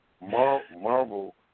Marvel